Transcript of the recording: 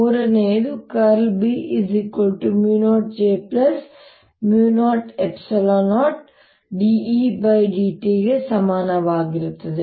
ಮೂರನೆಯದಾಗಿ ▽× B μ0 J μ0 ε0 dEdt ಸಮಾನವಾಗಿರುತ್ತದೆ